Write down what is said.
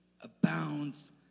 abounds